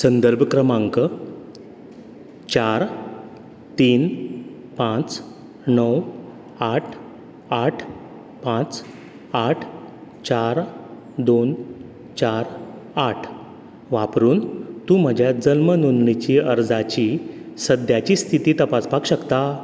संदर्भ क्रमांक चार तीन पांच णव आठ आठ पांच आठ चार दोन चार आठ वापरून तूं म्हज्या जल्म नोंदणी अर्जाची सद्याची स्थिती तपासपाक शकता